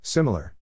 Similar